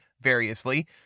variously